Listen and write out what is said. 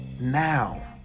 Now